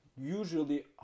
usually